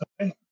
Okay